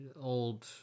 old